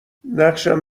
نقشم